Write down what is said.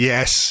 Yes